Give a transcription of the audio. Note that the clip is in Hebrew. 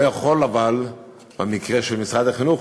אבל במקרה של משרד החינוך,